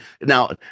now